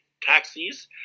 taxis